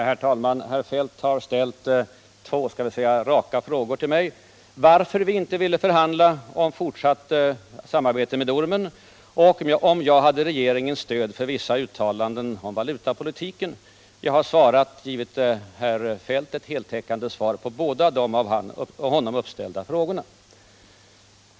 Herr talman! Herr Feldt har ställt två — låt mig kalla dem så — raka frågor till mig, nämligen om varför vi inte ville förhandla om fortsatt samarbete inom ormen och om jag hade regeringens stöd för vissa uttalanden om valutapolitiken. Jag har givit herr Feldt ett heltäckande svar på båda de av honom uppställda frågorna.